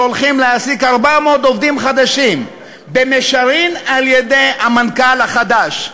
שהולכים להעסיק 400 עובדים חדשים במישרין על-ידי המנכ"ל החדש.